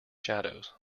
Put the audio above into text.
shadows